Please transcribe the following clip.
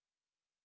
hi